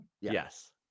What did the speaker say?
Yes